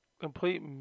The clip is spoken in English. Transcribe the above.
Complete